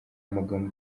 amagambo